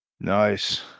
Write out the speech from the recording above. Nice